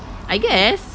I guess